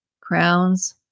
Crowns